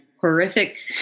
horrific